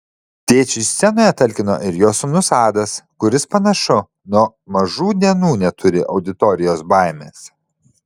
tėčiui scenoje talkino ir jo sūnus adas kuris panašu nuo mažų dienų neturi auditorijos baimės